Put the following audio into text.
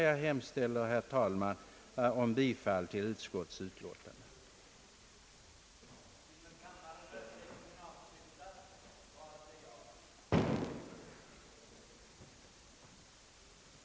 Jag hemställer, herr talman, om bifall till utskottets hemställan.